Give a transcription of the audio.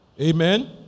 Amen